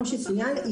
כפי שצוין,